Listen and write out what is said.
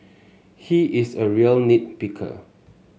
he is a real nit picker